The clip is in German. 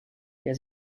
der